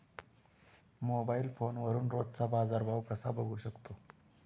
Mobile फोनवरून रोजचा बाजारभाव कसा बघू शकतो?